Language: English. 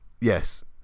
Yes